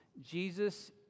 Jesus